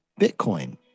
Bitcoin